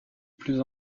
plus